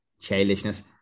childishness